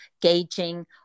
gauging